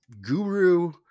guru